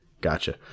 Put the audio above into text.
Gotcha